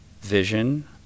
vision